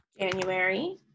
January